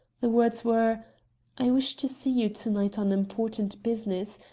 the words were i wish to see you to-night on important business.